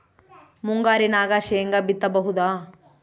ಮುಂಗಾರಿನಾಗ ಶೇಂಗಾ ಬಿತ್ತಬಹುದಾ?